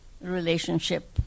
relationship